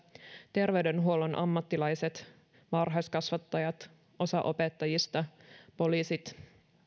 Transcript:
terveydenhuollon ammattilaiset varhaiskasvattajat osa opettajista poliisit